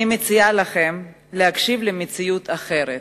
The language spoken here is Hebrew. אני מציעה לכם להקשיב למציאות אחרת,